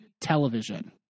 television